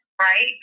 right